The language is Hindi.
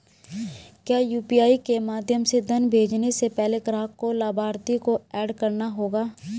क्या यू.पी.आई के माध्यम से धन भेजने से पहले ग्राहक को लाभार्थी को एड करना होगा?